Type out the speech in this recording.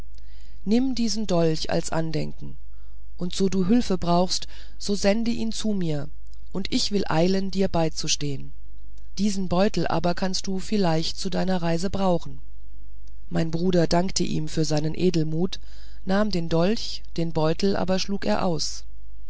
nimm diesen dolch als andenken und so du hülfe brauchst so sende ihn mir zu und ich will eilen dir beizustehen diesen beutel aber kannst du vielleicht zu deiner reise brauchen mein bruder dankte ihm für seinen edelmut er nahm den dolch den beutel aber schlug er aus